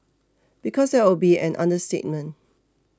because that would be an understatement